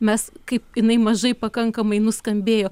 mes kaip jinai mažai pakankamai nuskambėjo